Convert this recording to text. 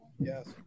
Yes